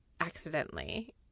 accidentally –